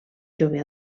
jove